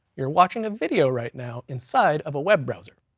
you're watching a video right now inside of a web browser.